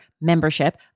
membership